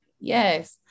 yes